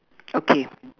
okay